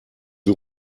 wir